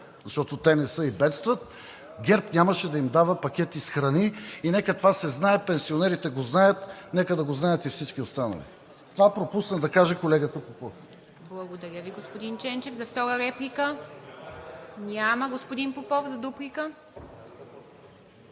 защото те не са и бедстват, ГЕРБ нямаше да им дава пакети с храни. И нека това се знае! Пенсионерите го знаят, нека да го знаят и всички останали. Това пропусна да каже колегата Попов. ПРЕСЕДАТЕЛ ИВА МИТЕВА: Благодаря Ви, господин Ченчев. Втора реплика? Няма. Господин Попов – дуплика.